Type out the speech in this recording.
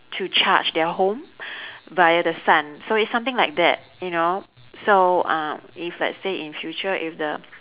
to charge their home via the sun so it's something like that you know so uh if let's say in future if the